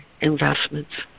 investments